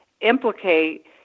implicate